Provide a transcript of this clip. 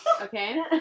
okay